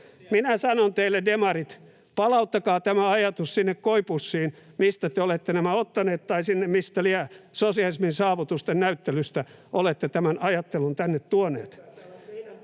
Minä sanon teille, demarit: palauttakaa tämä ajatus sinne koipussiin, mistä te olette tämän ottaneet, tai sinne, mistä lie sosialismin saavutusten näyttelystä olette tämän ajattelun tänne tuoneet.